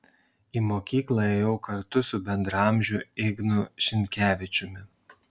į mokykla ėjau kartu su bendraamžiu ignu šinkevičiumi